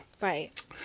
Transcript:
Right